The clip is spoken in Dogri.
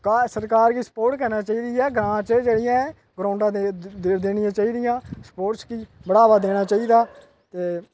सरकार गी स्पोर्ट करना चाहिदी ऐ ग्रांऽ च जेह्ड़ी ऐ ग्राउडां देनियां चाहिदियां स्पोर्टस गी बढ़ावा देना चाहिदा ते